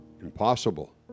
Impossible